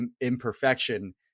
imperfection